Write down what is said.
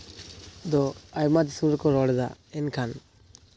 ᱫᱚ ᱟᱭᱢᱟ ᱫᱤᱥᱚᱢ ᱨᱮᱠᱚ ᱨᱚᱲ ᱮᱫᱟ ᱮᱱᱠᱷᱟᱱ